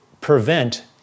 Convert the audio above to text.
prevent